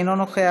אינו נוכח,